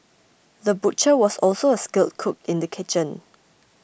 the butcher was also a skilled cook in the kitchen